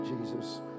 jesus